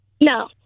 No